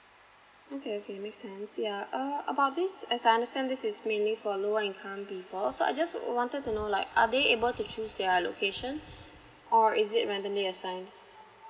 okay okay make sense yeah uh about this as I understand this is mainly for lower income people so I just wanted to know like are they able to choose their location or is it randomly assigned